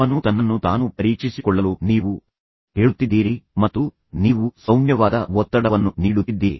ಅವನು ತನ್ನನ್ನು ತಾನು ಪರೀಕ್ಷಿಸಿಕೊಳ್ಳಲು ನೀವು ಹೇಳುತ್ತಿದ್ದೀರಿ ಮತ್ತು ನೀವು ಸೌಮ್ಯವಾದ ಒತ್ತಡವನ್ನು ನೀಡುತ್ತಿದ್ದೀರಿ